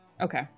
Okay